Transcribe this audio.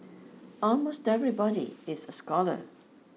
almost everybody is a scholar